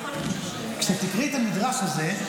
כשתקראי המדרש הזה,